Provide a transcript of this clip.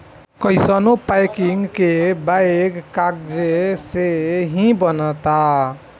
कइसानो पैकिंग के बैग कागजे से ही बनता